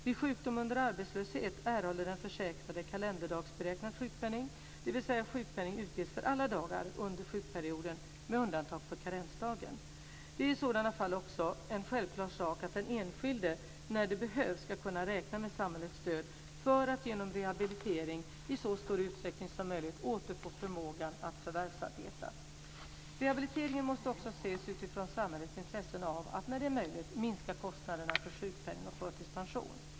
Vid sjukdom under arbetslöshet erhåller den försäkrade kalenderdagsberäknad sjukpenning, dvs. sjukpenning utges för alla dagar under sjukperioden med undantag för karensdagen. Det är i sådana fall också en självklar sak att den enskilde när det behövs ska kunna räkna med samhällets stöd för att denne genom rehabilitering i så stor utsträckning som möjligt ska återfå förmågan att förvärvsarbeta. Rehabiliteringen måste också ses utifrån samhällets intresse av att - när det är möjligt - minska kostnaderna för sjukpenning och förtidspension.